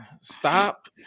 stop